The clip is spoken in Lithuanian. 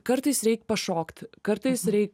kartais reik pašokt kartais reik